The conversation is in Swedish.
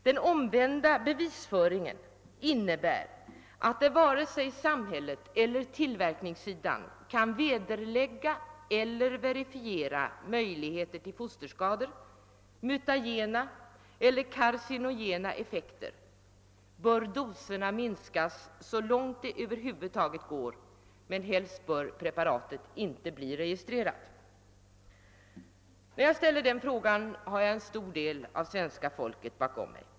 Den omvända bevisföringen innebär, att där varken samhället eller tillverkningssidan kan vederlägga eller verifiera möjligheter till fosterskador, mutagena eller carcinogena effekter bör doserna minskas så långt det över huvud taget går, och helst bör preparatet inte bli registrerat. När jag ställer den frågan har jag en stor del av svenska folket bakom mig.